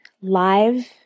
live